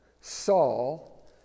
Saul